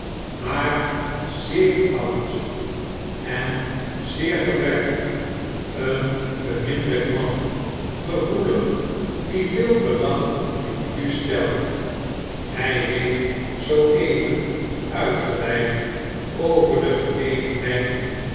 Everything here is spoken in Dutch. maar zeer oud en zeer gebrekkig een beminnelijk man p gevoelig die veel belang in u stelt hy fieeft zoo even uitgeweid over de genegenheid